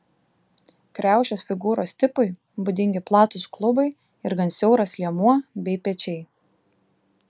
kriaušės figūros tipui būdingi platūs klubai ir gan siauras liemuo bei pečiai